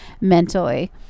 mentally